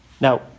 Now